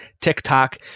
TikTok